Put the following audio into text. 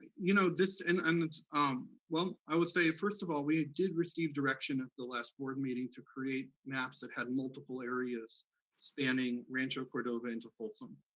you know, this, and and um well, i would say, first of all, we did receive direction at the last board meeting to create maps that had multiple areas spanning rancho cordova into folsom.